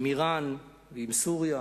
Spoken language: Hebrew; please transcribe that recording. לאירן, לסוריה,